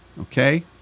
okay